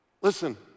Listen